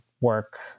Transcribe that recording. work